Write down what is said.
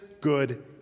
good